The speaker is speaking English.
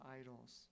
idols